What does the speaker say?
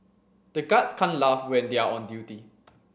the guards can't laugh when they are on duty